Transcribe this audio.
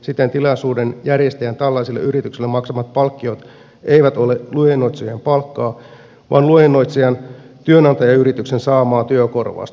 siten tilaisuuden järjestäjän tällaiselle yritykselle maksamat palkkiot eivät ole luennoitsijan palkkaa vaan luennoitsijan työnantajayrityksen saamaa työkorvausta